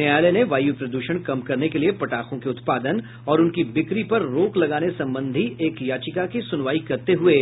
न्यायालय ने वायु प्रदूषण कम करने के लिए पटाखों के उत्पादन और उनकी बिक्री पर रोक लगाने संबंधी एक याचिका की सुनवाई करते हुए